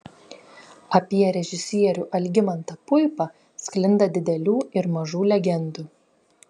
apie režisierių algimantą puipą sklinda didelių ir mažų legendų